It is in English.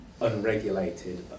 unregulated